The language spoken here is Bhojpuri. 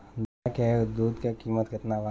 गाय के दूध के कीमत केतना बा?